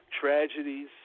tragedies